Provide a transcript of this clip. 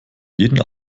jeden